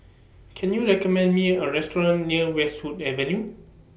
Can YOU recommend Me A Restaurant near Westwood Avenue